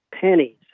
pennies